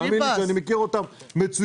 תאמין לי שאני מכיר אותם מצוין.